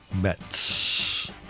Mets